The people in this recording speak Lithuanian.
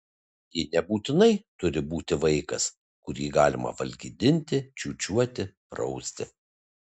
ji nebūtinai turi būti vaikas kurį galima valgydinti čiūčiuoti prausti